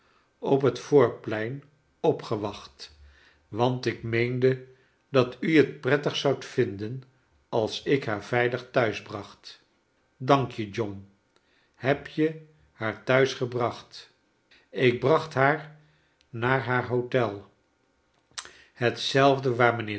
op het voorplein opgewacht want ik meende dat u het prettig zoudt vinden als ik haar veilig thuis bracht dank je john heb jij haar thuis gebracht v ik bracht haar naar haar hotel hetzelfde